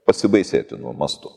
pasibaisėtinu mastu